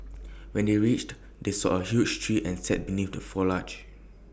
when they reached they saw A huge tree and sat beneath the foliage